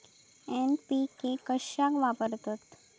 NPK कशाक वापरतत?